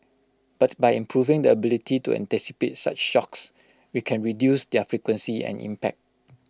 but by improving the ability to anticipate such shocks we can reduce their frequency and impact